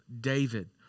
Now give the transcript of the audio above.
David